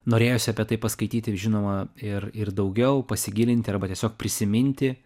norėjosi apie tai paskaityti ir žinoma ir ir daugiau pasigilinti arba tiesiog prisiminti